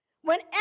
whenever